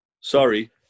Sorry